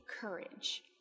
courage